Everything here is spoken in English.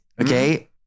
okay